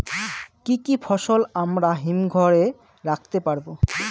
কি কি ফসল আমরা হিমঘর এ রাখতে পারব?